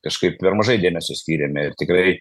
kažkaip per mažai dėmesio skyrėme ir tikrai